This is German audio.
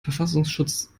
verfassungsschutz